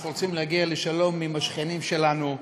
אנחנו רוצים להגיע לשלום עם השכנים שלנו,